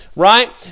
Right